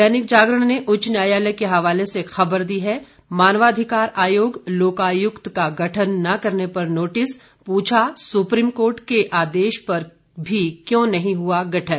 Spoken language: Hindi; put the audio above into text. दैनिक जागरण ने उच्च न्यायालय के हवाले से खबर दी है मानवाधिकार आयोग लोकायुक्त का गठन न करने पर नोटिस पूछा सुप्रीम कोर्ट के आदेश पर भी क्यों नहीं हुआ गठन